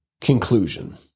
Conclusion